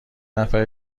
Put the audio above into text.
نفر